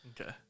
Okay